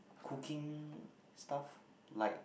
cooking stuff like